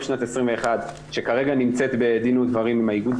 שנת 2021 שכרגע נמצאת בדין ודברים עם האיגוד,